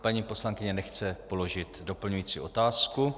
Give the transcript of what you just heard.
Paní poslankyně nechce položit doplňující otázku.